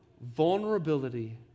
vulnerability